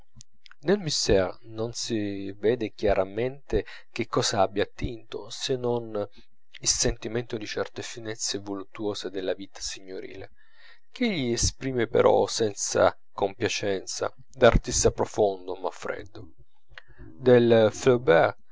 nel musset non si vede chiaramente che cosa abbia attinto se non è il sentimento di certe finezze voluttuose della vita signorile ch'egli esprime però senza compiacenza da artista profondo ma freddo del